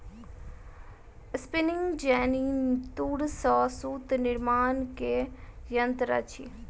spinning jenny तूर से सूत निर्माण के यंत्र अछि